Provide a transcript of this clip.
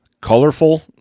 Colorful